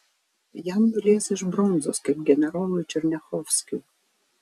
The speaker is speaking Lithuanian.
jam nulies iš bronzos kaip generolui černiachovskiui